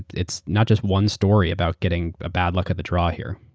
it's not just one story about getting a bad luck of the draw here.